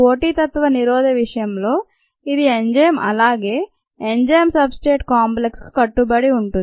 పోటీతత్వనిరోధం విషయంలో ఇది ఎంజైమ్ అలాగే ఎంజైమ్ సబ్ స్ట్రేట్ కాంప్లెక్స్ కు కట్టుబడి ఉంటుంది